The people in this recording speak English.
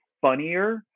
funnier